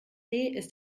ist